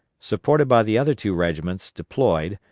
supported by the other two regiments, deployed,